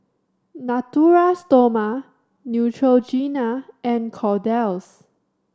Natura Stoma Neutrogena and Kordel's